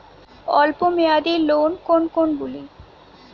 অল্প মেয়াদি লোন কোন কোনগুলি?